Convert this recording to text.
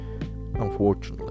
unfortunately